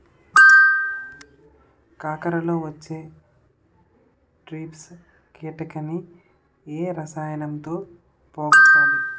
కాకరలో వచ్చే ట్రిప్స్ కిటకని ఏ రసాయనంతో పోగొట్టాలి?